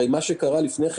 הרי מה שקרה קודם לכן,